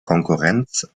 konkurrenz